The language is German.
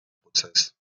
prozess